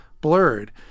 blurred